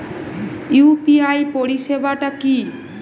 UPI পরিসেবাটা কি?